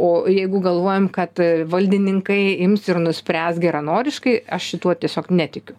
o jeigu galvojam kad valdininkai ims ir nuspręs geranoriškai aš šituo tiesiog netikiu